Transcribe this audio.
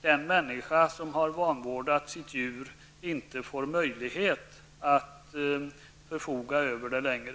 den människa som har vanvårdat sitt djur inte får möjlighet att förfoga över det längre.